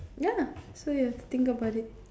ya so you have to think about it